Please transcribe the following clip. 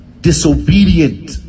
disobedient